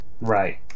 Right